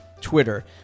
Twitter